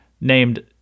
named